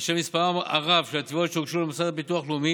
בשל מספרן הרב של התביעות שהוגשו למוסד לביטוח לאומי,